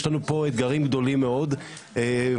לנו פה אתגרים גדולים מאוד ולהתראות.